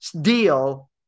deal